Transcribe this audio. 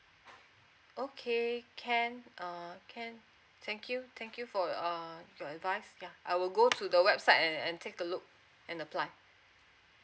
okay can uh can thank you thank you for ah your advice ya I will go to the website and and take a look and apply